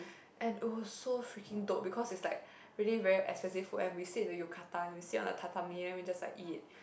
and it was so freaking dope because is like really very expensive food and we sit in the yukata and we sit on the tatami then we just like eat